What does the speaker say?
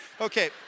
Okay